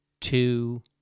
two